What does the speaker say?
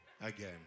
again